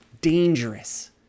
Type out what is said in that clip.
dangerous